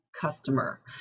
customer